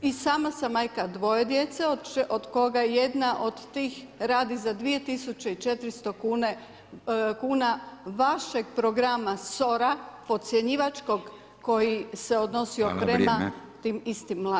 I sama sam majka dvoje djece od koga jedna od tih radi za 2400 kuna vašeg programa SOR-a, podcjenjivačkog koji se odnosio prema tim istim mladima.